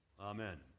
Amen